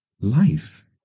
life